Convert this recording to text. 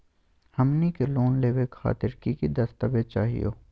हमनी के लोन लेवे खातीर की की दस्तावेज चाहीयो?